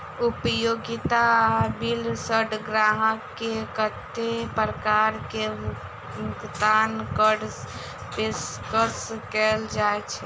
उपयोगिता बिल सऽ ग्राहक केँ कत्ते प्रकार केँ भुगतान कऽ पेशकश कैल जाय छै?